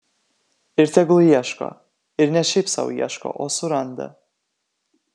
ir tegul ieško ir ne šiaip sau ieško o suranda